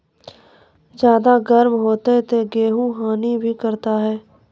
ज्यादा गर्म होते ता गेहूँ हनी भी करता है?